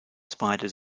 spiders